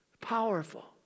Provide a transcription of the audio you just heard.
Powerful